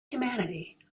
humanity